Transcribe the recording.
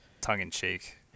tongue-in-cheek